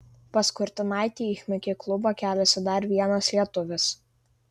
pas kurtinaitį į chimki klubą keliasi dar vienas lietuvis